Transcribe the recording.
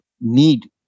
need